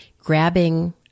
grabbing